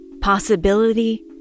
possibility